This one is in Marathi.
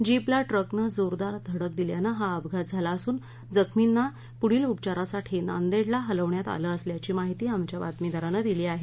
जीपला ट्रकनं जोरदार धडक दिल्यानं हा अपघात झाला असून जखमींना पुढील उपचारासाठी नांदेडला हलविण्यात आलं असल्याची माहिती आमच्या बातमीदारानं दिली आहे